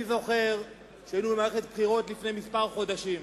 אני זוכר שהיינו במערכת בחירות לפני כמה חודשים,